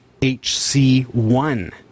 hc1